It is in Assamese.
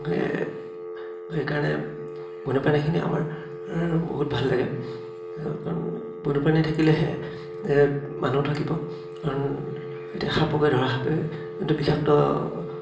সেইকাৰণে বন্যপ্ৰাণীখিনি আমাৰ বহুত ভাল লাগে কাৰণ বন্যপ্ৰাণী থাকিলেহে মানুহ থাকিব কাৰণ এতিয়া সাপকে ধৰা সাপে কিন্তু বিষাক্ত